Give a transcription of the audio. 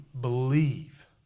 believe